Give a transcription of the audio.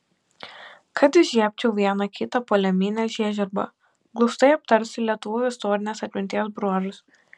kad įžiebčiau vieną kitą poleminę žiežirbą glaustai aptarsiu lietuvių istorinės atminties bruožus